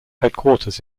headquarters